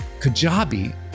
Kajabi